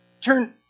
Turn